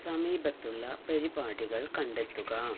സമീപത്തുള്ള പരിപാടികൾ കണ്ടെത്തുക